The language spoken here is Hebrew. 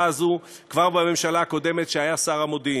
הזו כבר בממשלה הקודמת כשהיה שר המודיעין.